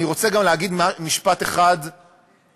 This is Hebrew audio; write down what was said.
אני רוצה גם להגיד משפט אחד לידידי